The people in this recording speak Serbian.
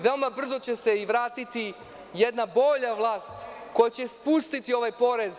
Veoma brzo će se vratiti jedna bolja vlast, koja će spustiti ovaj porez.